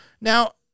Now